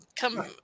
come